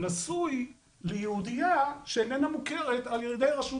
נשוי ליהודיה שאיננה מוכרת על ידי רשות